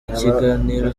ikiganiro